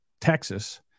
Texas